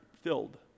filled